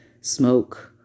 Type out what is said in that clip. smoke